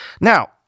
Now